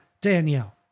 Danielle